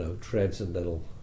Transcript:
transcendental